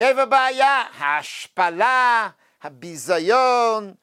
לב הבעיה? ההשפלה, הביזיון.